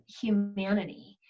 humanity